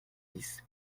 dix